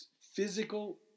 physical